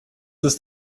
ist